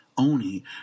Oni